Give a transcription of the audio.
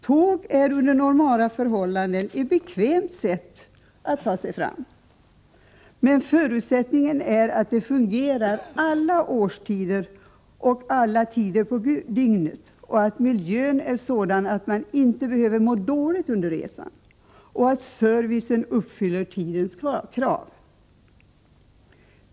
Tåg är under normala förhållanden ett bekvämt sätt att ta sig fram på. Men förutsättningen är att det fungerar alla årstider och alla tider på dygnet, att miljön är sådan att man inte behöver må dåligt under resan och att servicen uppfyller tidens krav.